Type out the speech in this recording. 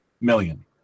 million